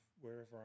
wherever